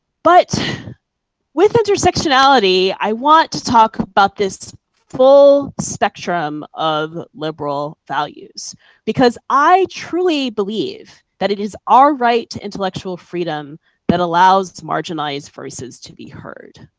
but with intersectionality, i want to talk about this full spectrum of liberal values because i truly believe that it is our right to intellectual freedom that allows marginalized voices to be heard.